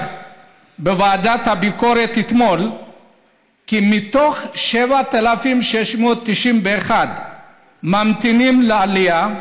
בוועדת הביקורת אתמול כי מתוך 7,691 שממתינים לעלייה,